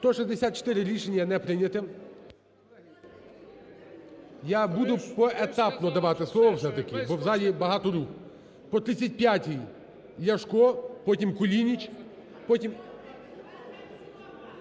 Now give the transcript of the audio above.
За-164 Рішення не прийняте. Я буду поетапно давати слово все-таки, бо в залі багато рук. По 35-й Ляшко, потім – Кулініч, потім…